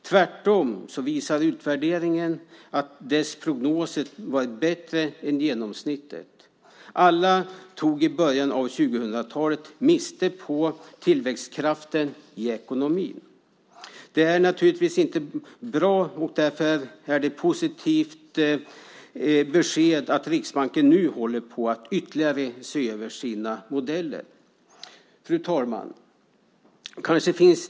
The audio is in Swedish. Tvärtom visar utvärderingen att dess prognoser har varit bättre än genomsnittet. Alla tog i början av 2000-talet miste på tillväxtkraften i ekonomin. Det är naturligtvis inte bra, och därför är det ett positivt besked att Riksbanken nu håller på att ytterligare se över sina modeller. Fru talman!